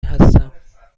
هستم